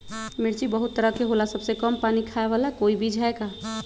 मिर्ची बहुत तरह के होला सबसे कम पानी खाए वाला कोई बीज है का?